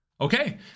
Okay